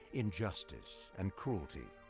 injustice, and cruelty,